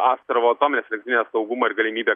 astravo atominės elektrinės saugumą ir galimybę